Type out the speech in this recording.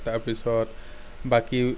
তাৰপিছত বাকী